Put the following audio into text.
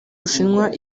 bushinwa